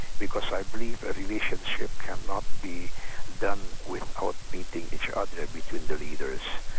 because i believe a relationship cannot be done without meeting each other between the leaders.